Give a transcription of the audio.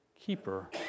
keeper